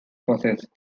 possessed